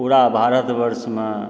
पूरा भारतवर्षमऽ